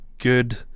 good